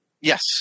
Yes